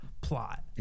Plot